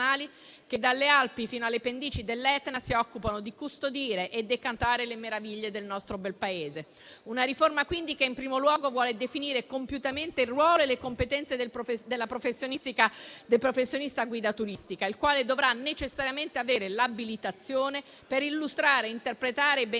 che dalle Alpi fino alle pendici dell'Etna si occupano di custodire e decantare le meraviglie del nostro bel Paese. Una riforma quindi che in primo luogo vuole definire compiutamente il ruolo e le competenze del professionista guida turistica, il quale dovrà necessariamente avere l'abilitazione per illustrare e interpretare i beni